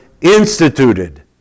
instituted